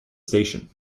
station